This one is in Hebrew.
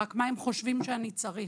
רק מה הם חושבים שאני צריך.